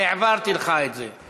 (אומר בערבית ומתרגם:) העברתי לך את זה.